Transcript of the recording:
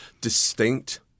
distinct